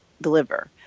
deliver